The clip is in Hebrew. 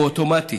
הוא אוטומטי